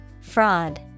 Fraud